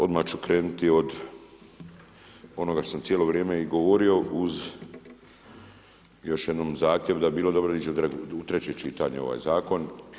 Odmah ću krenuti od onoga što sam cijelo vrijeme i govorio uz još jednom zahtjev da bi bilo dobro ići u treće čitanje ovaj zakon.